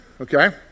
okay